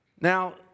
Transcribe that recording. Now